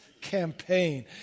campaign